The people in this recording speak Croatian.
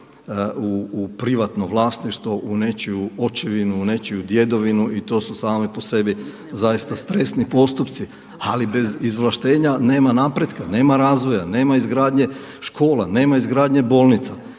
u privatno vlasništvo, u nečiju očevinu, u nečiju djedovinu i to su same po sebi zaista stresni postupci. Ali bez izvlaštenja nema napretka, nema razvoja, nema izgradnje škola, nema izgradnje bolnica.